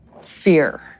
fear